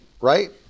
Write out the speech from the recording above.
right